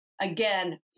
again